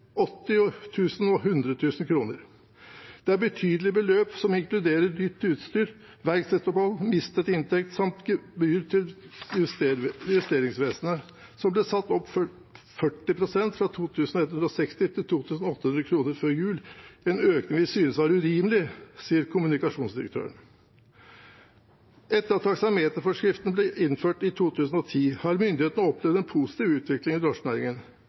og 100.000 kroner. – Det er et betydelig beløp som inkluderer nytt utstyr, verkstedopphold, mistet inntekter, samt gebyr fra Justervesenet som ble satt opp 40 prosent fra 2160 til 2800 kroner før jul, en økning vi synes var urimelig.» Etter at taksameterforskriften ble innført i 2010, har myndighetene opplevd en positiv utvikling i drosjenæringen.